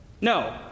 No